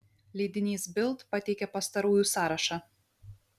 leidinys bild pateikia pastarųjų sąrašą